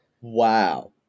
wow